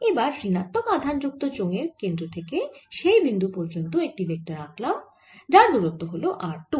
এবার ঋণাত্মক আধান যুক্ত চোঙ এর কেন্দ্র থেকে সেই বিন্দু পর্যন্ত একটি ভেক্টর আঁকলাম যার দূরত্ব হল r 2